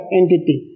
entity